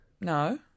No